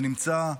ונמצא,